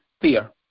fear